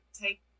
take